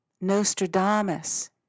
Nostradamus